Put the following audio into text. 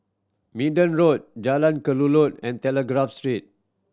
Minden Road Jalan Kelulut and Telegraph Street